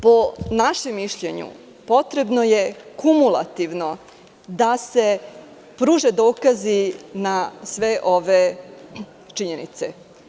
Po našem mišljenju potrebno je kumulativno da se pruže dokazi na sve ove činjenice.